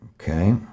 Okay